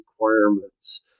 requirements